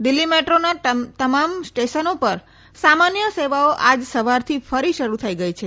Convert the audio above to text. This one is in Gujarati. દિલ્હી મેટ્રોના તમામ સ્ટેશનો પર સામાન્ય સેવાઓ આજ સવારથી ફરી શરૂ થઇ ગઇ છે